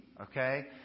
okay